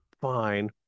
fine